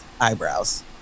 eyebrows